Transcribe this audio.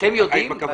אתם יודעים?